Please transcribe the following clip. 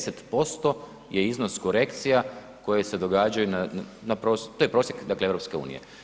10% je iznos korekcija koje se događaju na, to je prosjek dakle EU.